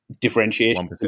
differentiation